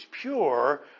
pure